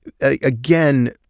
Again